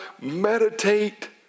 Meditate